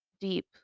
deep